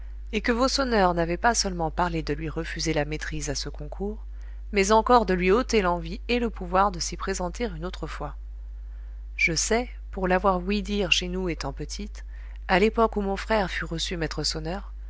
et que vos sonneurs n'avaient pas seulement parlé de lui refuser la maîtrise à ce concours mais encore de lui ôter l'envie et le pouvoir de s'y présenter une autre fois je sais pour l'avoir ouï dire chez nous étant petite à l'époque où mon frère fut reçu maître sonneur